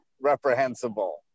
reprehensible